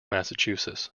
massachusetts